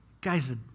Guy's